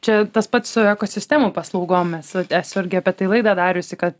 čia tas pats su ekosistemų paslaugomis esu irgi apie tai laidą dariusi kad